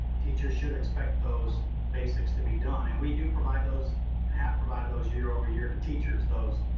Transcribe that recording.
teachers should expect those basics to be done. and we do provide those and have provided those year year over year to teachers. those,